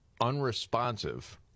Unresponsive